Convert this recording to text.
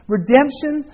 Redemption